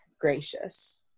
gracious